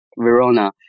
Verona